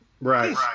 right